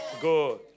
good